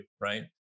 right